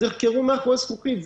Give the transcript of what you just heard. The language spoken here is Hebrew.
אז יחקרו מאחורי זכוכית.